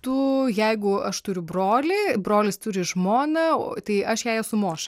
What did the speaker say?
tu jeigu aš turiu brolį brolis turi žmoną tai aš jei esu moša